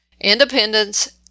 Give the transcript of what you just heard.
Independence